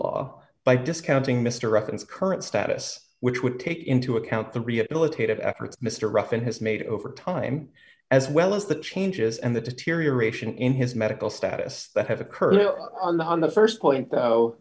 law by discounting mr reference current status which would take into account the rehabilitative efforts mr ruffin has made over time as well as the changes and the deterioration in his medical status that have occurred on the on the st point